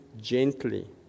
gently